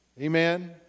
Amen